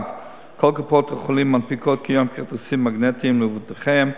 1. כל קופות-החולים מנפיקות כיום כרטיסים מגנטיים למבוטחיהם.